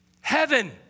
Heaven